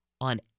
on